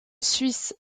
suisse